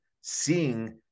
seeing